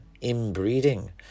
inbreeding